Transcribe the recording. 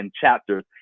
chapters